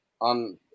on